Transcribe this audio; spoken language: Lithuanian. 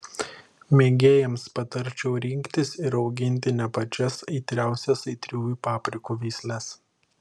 mėgėjams patarčiau rinktis ir auginti ne pačias aitriausias aitriųjų paprikų veisles